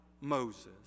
Moses